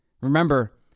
Remember